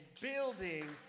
building